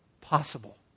possible